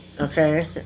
Okay